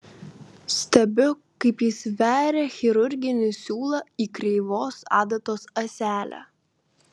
stebiu kaip jis veria chirurginį siūlą į kreivos adatos ąselę